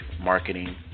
marketing